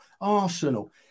Arsenal